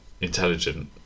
intelligent